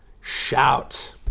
Shout